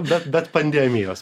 bet bet pandemijos